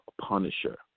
Punisher